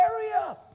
area